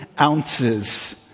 ounces